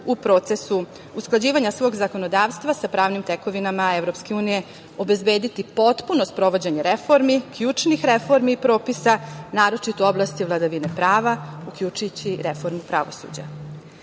u procesu usklađivanja svog zakonodavstva sa pravnim tekovinama EU obezbediti potpuno sprovođenje reformi, ključnih reformi i propisa, naročito u oblasti vladavine prava, uključujući i reformu pravosuđa. Evropska